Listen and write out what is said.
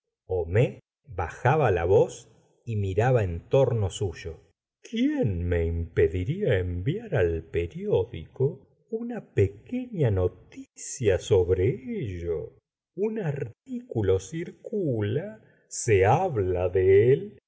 dejarla de contar su curación todos los viajeros y después homis bajaba la voz y miraba en torno suyo quién me impedería enviar al periódico una pequeña noticia sobre ello un articulo circula se habla de y